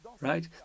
right